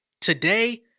Today